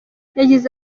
yagize